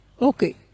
Okay